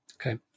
Okay